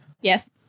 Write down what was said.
yes